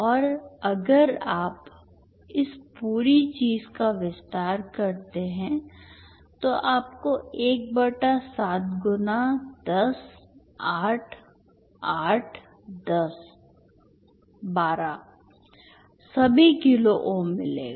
और अगर आप इस पूरी चीज का विस्तार करते हैं तो आपको 1 बटा 7 गुना 10 8 8 12 सभी किलो ओम मिलेगा